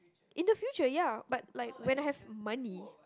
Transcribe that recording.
in the future ya but like when I have money